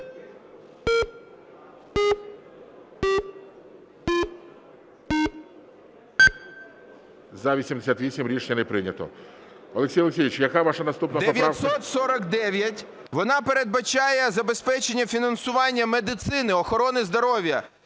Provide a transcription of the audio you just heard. За-88 Рішення не прийнято. Олексій Олексійович, яка ваша наступна поправка? 10:21:35 ГОНЧАРЕНКО О.О. 949. Вона передбачає забезпечення фінансування медицини, охорони здоров'я,